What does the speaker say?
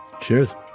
Cheers